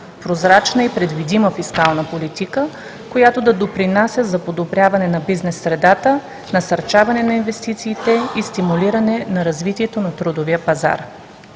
прозрачна и предвидима фискална политика, която да допринася за подобряване на бизнес средата, насърчаване на инвестициите и стимулиране развитието на трудовия пазар